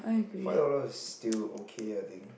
five dollars is still okay I think